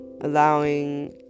allowing